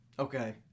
Okay